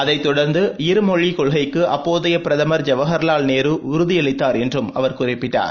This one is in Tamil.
அதைத் தொடர்ந்து இருமொழிக்கொள்கைக்கு அப்போதைய பிரதமர் ஐவஹர்லால் நேரு உறுதியளித்தார் என்றும் அவர் குறிப்பிட்டார்